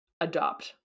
adopt